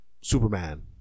Superman